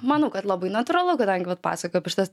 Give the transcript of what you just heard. manau kad labai natūralu kadangi vat pasakojau apie šitas